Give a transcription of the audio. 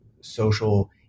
social